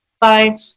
bye